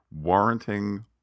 warranting